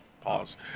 Pause